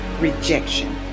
rejection